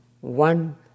one